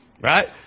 Right